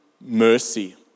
mercy